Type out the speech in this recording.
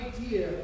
idea